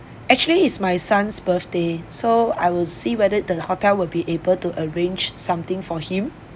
actually is my son's birthday so I will see whether the hotel will be able to arrange something for him